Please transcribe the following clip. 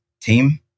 team